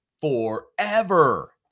forever